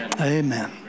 Amen